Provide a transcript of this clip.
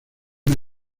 una